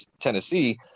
Tennessee